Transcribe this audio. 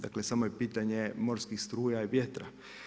Dakle, samo je pitanje morskih struja i vjetra.